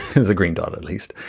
there's a green dot at least.